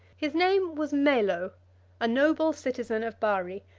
his name was melo a noble citizen of bari,